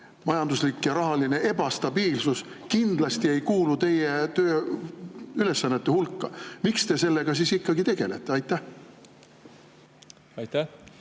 majanduslik ja rahaline ebastabiilsus kindlasti ei kuulu teie tööülesannete hulka. Miks te sellega siis ikkagi tegelete? Aitäh! No